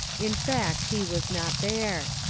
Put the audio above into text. in fact he was not there.